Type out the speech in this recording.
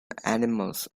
animals